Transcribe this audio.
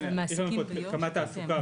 יש כאן את קמ"ד תעסוקה.